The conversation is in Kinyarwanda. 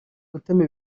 gutema